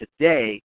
today